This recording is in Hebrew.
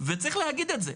וצריך להגיד את זה.